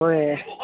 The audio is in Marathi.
होय